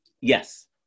Yes